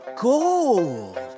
gold